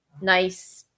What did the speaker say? nice